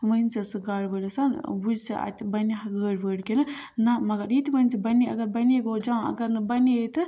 ؤنۍ زٕ ژٕ گاڑِ وٲلِس ٲں وُچھہِ زِ اَتہِ بنیٛاہ گٲڑۍ وٲڑۍ کِنہٕ نَہ مگر یِہِ تہِ ؤنۍ زِ بَنےاگر بَنے گوٚو جان اگر نہٕ بَنے تہٕ